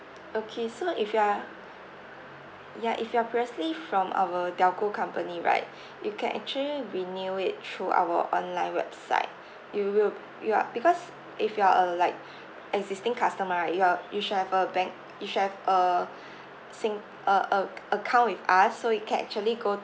okay so if you are ya if you are previously from our telco company right you can actually renew it through our online website you will you are because if you're a like existing customer right you are you should have a bank you should have a sing~ a~ a~ account with us so you can actually go